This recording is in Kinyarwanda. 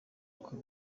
ako